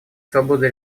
свободы